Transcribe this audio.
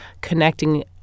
connecting